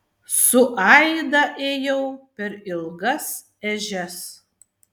su aida ėjau per ilgas ežias